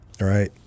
right